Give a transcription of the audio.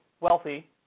wealthy